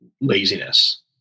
laziness